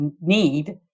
need